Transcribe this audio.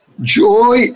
joy